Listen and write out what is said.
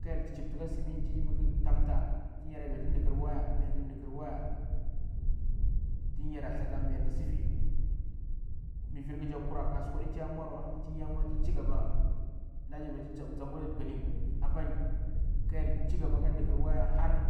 Kayar chirpta ka simmita mi khitamta, tin yira bai tu dikhir waya mi yarkhi dirkhi waya, tin yira thsatami yar khi sifi mi virkjan kura kasuku ti yaɗa mwa wa. Tir ya mwa ki cigaba na baitu jambpoo nyamb ni bilin. kayar cigaba ka dirwa har,